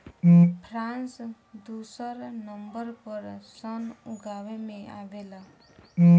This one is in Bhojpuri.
फ्रांस दुसर नंबर पर सन उगावे में आवेला